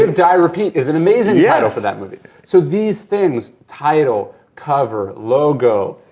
um die, repeat is an amazing yeah title for that movie. so these things title, cover, logo,